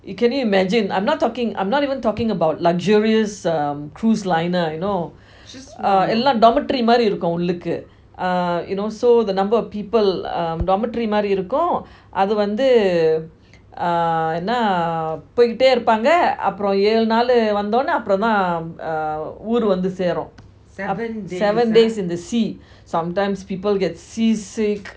can you imagine I'm not talking I'm not even talking about luxurious um cruise liner you know எல்லாம்:ellam dormitory மாறி இருக்கும் உள்ளுக்கு:maari irukum ulluku uh you know so the number of people um dormitory மாறி இருக்கும்:maari irukum uh அது வந்து என்ன போய்க்கிடயே இருப்பாங்க அப்புறம் ஏழு நாலு வந்தோனே அப்புறம் தான் ஊரு வந்து சேரும்:athu vanthu enna poikitae irupanga apram eazhu naalu vanthoney apram thaan uuru vanthu searum seven days in the sea sometimes people get seasick